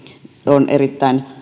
on erittäin